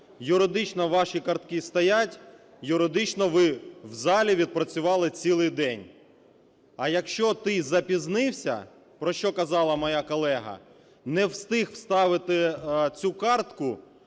Юридично ваші картки стоять, юридично ви в залі відпрацювали цілий день. А якщо ти запізнився, про що казала моя колега, не встиг вставити цю картку,